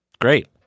Great